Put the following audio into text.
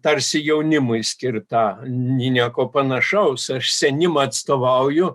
tarsi jaunimui skirta nieko panašaus aš senimą atstovauju